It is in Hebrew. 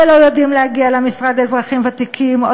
לא יודעים להגיע למשרד לאזרחים ותיקים או